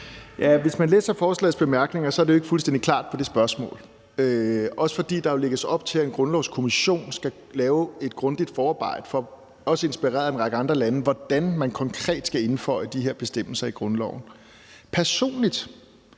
Hvis man læser forslagets bemærkninger, er det jo ikke fuldstændig klart, hvad angår det spørgsmål. Det er det ikke, fordi der jo lægges op til, at en grundlovskommission skal lave et grundigt forarbejde for – inspireret af en række andre lande – hvordan man konkret skal indføje de her bestemmelser i grundloven. Personligt